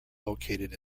located